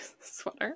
sweater